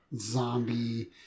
zombie